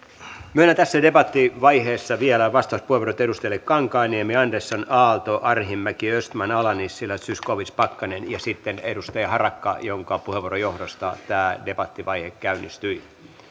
myönnän tässä debattivaiheessa vielä vastauspuheenvuorot edustajille kankaanniemi andersson aalto arhinmäki östman ala nissilä zyskowicz pakkanen ja sitten edustaja harakka jonka puheenvuoron johdosta tämä debattivaihe käynnistyi